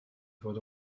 fod